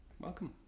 Welcome